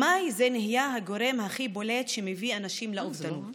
ממאי זה נהיה הגורם הכי בולט שמביא אנשים לאובדנות.